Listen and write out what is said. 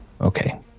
Okay